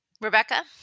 Rebecca